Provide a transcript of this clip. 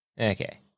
Okay